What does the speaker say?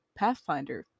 pathfinder